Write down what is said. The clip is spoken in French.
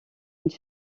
une